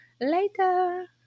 later